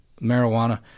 marijuana